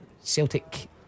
Celtic